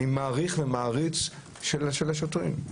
אני מעריך ומעריץ של השוטרים,